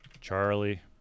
Charlie